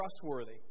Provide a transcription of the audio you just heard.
trustworthy